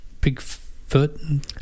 Bigfoot